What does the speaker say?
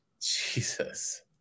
Jesus